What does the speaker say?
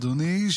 אדוני,